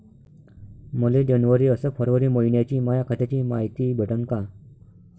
मले जनवरी अस फरवरी मइन्याची माया खात्याची मायती भेटन का?